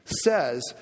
says